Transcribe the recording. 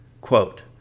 Quote